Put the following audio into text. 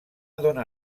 dóna